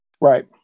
Right